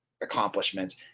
accomplishments